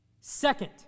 Second